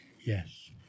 Yes